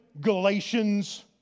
Galatians